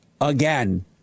Again